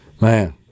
man